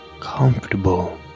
comfortable